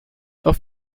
auf